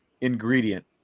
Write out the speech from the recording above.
ingredient